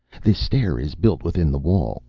this stair is built within the wall,